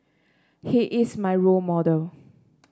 he is my role model